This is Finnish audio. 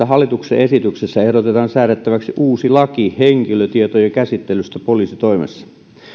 hallituksen esityksessä ehdotetaan säädettäväksi uusi laki henkilötietojen käsittelystä poliisitoimessa